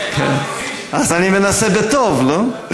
אז אני מנסה בטוב, לא?